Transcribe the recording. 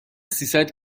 سیصد